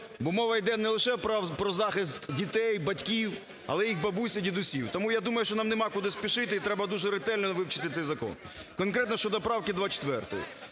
Бо мова іде не лише про захист дітей, батьків, але їх бабусь і дідусів. Тому, я думаю, що нам немає, куди спішити, і треба дуже ретельно вивчити цей закон. Конкретно щодо правки 24.